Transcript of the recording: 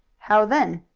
how then?